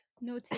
no